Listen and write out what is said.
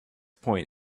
point